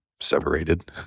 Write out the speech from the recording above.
separated